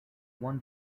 one